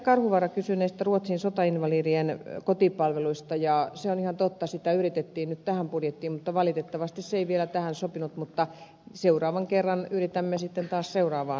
karhuvaara kysyi näistä ruotsin sotainvalidien kotipalveluista ja se on ihan totta että sitä yritettiin nyt tähän budjettiin mutta valitettavasti se ei vielä tähän sopinut mutta seuraavan kerran yritämme sitten taas seuraavaan budjettiin